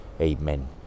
Amen